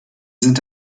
sind